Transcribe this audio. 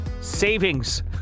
Savings